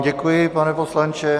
Děkuji vám, pane poslanče.